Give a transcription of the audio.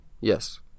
yes